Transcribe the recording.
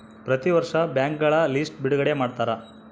ಪ್ರತಿ ವರ್ಷ ಬ್ಯಾಂಕ್ಗಳ ಲಿಸ್ಟ್ ಬಿಡುಗಡೆ ಮಾಡ್ತಾರ